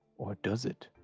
or does it?